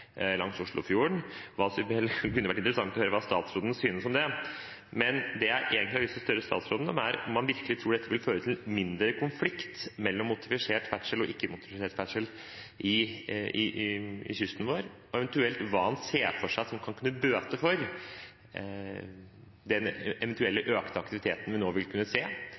kunne vært interessant å høre hva statsråden synes om det. Men det jeg egentlig har lyst til å spørre statsråden om, er om han virkelig tror dette vil føre til mindre konflikt mellom motorisert ferdsel og ikke-motorisert ferdsel ved kysten vår, og hva han ser for seg som kan bøte på den eventuelle økte aktiviteten vi nå vil kunne se,